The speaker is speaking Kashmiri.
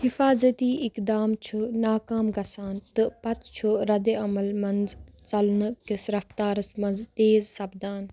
حٮ۪فاظتی اِقدام چھُ ناکام گَژھان تہٕ پتہٕ چھُ ردِعمل منز ژلنہٕ كِس رفتارس منٛز تیٖز سَپدان